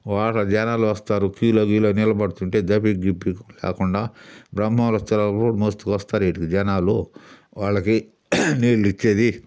వారగా జనాలొస్తారు క్యూలో గ్యూలో నిలబడుతుంటే దబిడి గిబిడి లేకుండా బ్రహ్మోత్సవాలు మస్తుగా వస్తారు ఈటికి జనాలు వాళ్ళకి నీళ్ళిచ్చేది